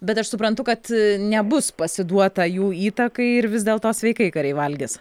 bet aš suprantu kad nebus pasiduota jų įtakai ir vis dėlto sveikai kariai valgys